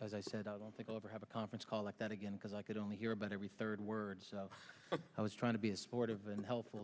as i said i don't think i'll ever have a conference call like that again because i could only hear about every third word so i was trying to be supportive and helpful